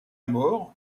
mort